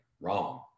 wrong